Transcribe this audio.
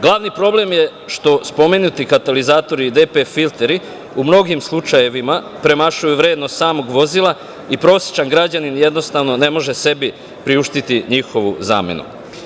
Glavni problem je što spomenuti katalizatori i DPF filteri u mnogim slučajevima premašuju vrednost samog vozila i prosečan građanin jednostavno ne može sebi priuštiti njihovu zamenu.